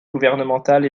gouvernementale